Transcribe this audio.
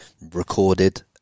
recorded